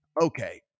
Okay